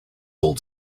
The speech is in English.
old